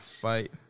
fight